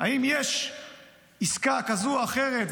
אם יש עסקה כזו או אחרת,